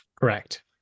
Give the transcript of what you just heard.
correct